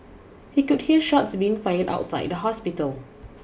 he could hear shots being fired outside the hospital